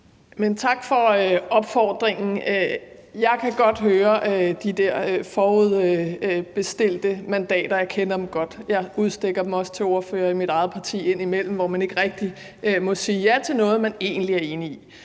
Tak for opfordringen. Jeg kan godt høre de der forudbestilte mandater, jeg kender dem godt; jeg udstikker dem også indimellem til ordførere i mit eget parti der, hvor man ikke rigtig må jeg sige ja til noget, man egentlig er enig i.